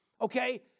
okay